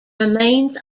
remains